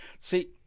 See